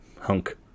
hunk